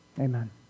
Amen